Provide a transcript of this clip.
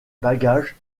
bagages